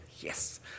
yes